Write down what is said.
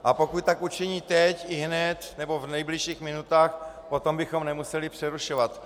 A pokud tak učiní teď, ihned, nebo v nejbližších minutách, potom bychom nemuseli přerušovat.